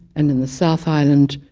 and in the south island,